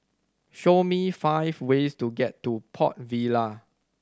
show me five ways to get to Port Vila